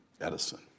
Edison